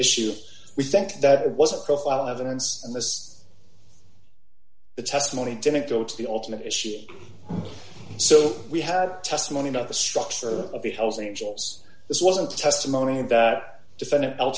issue we think that it was a profile evidence in this the testimony didn't go to the ultimate issue so we have testimony about the structure of the hell's angels this wasn't testimony and that defendant